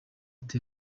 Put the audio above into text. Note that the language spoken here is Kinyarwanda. ati